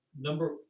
number